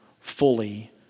fully